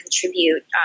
contribute